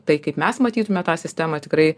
tai kaip mes matytume tą sistemą tikrai